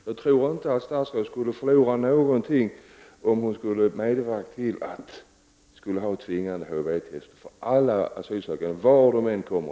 Jag tror inte att statsrådet skulle förlora någonting om hon skulle medverka till att tvinga alla asylsökande till HIV-test, oavsett varifrån de kommer.